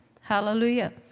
Hallelujah